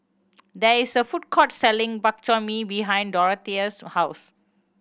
there is a food court selling Bak Chor Mee behind Dorathea's house